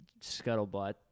scuttlebutt